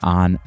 on